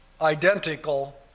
identical